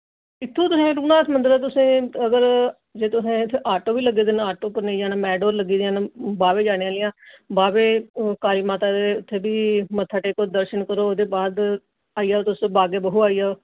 इत्थूं तुसें रघुनाथ मंदरा तुसें अगर जे तुसें इत्थै आटो बी लग्गे दे न आटो पर नेईं जाना मेटाडोर लग्गी दियां न बाह्वे जाने आह्लियां बाह्वै काली माता दे उत्थै बी मत्था टेको दर्शन करो ओह्दे बाद आई जाओ तुस बागे बाहू आई जाओ